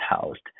housed